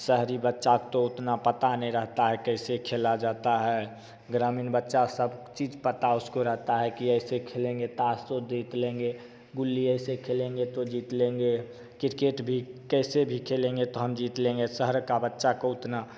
शहरी बच्चा तो उतना पता नहीं रहता है कैसे खेला जाता है ग्रामीण बच्चा सब चीज पता उसको रहता है कि ऐसे खेलेंगे ताश को देख लेंगे गुल्ली ऐसे खेलेंगे तो जीत लेंगे किरकेट भी कैसे भी खेलेंगे तो हम जीत लेंगे शहर का बच्चा को उतना